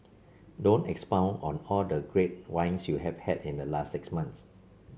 don't expound on all the great wines you have had in the last six months